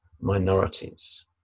minorities